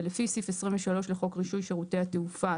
ולפי סעיף 23 לחוק רישוי שירותי התעופה,